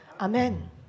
Amen